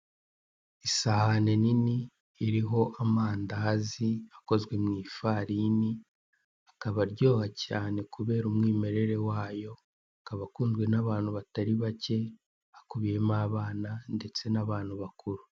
Isahani nini iriho amandazi kozwe mu ifarini akaba aroha cyane kubera umwimerere wayo akaba akunzwe n'abantu batari bake hakubiyemo abana ndetse n'abantu bakuru.